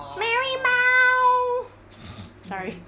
marymou~ sorry